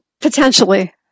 Potentially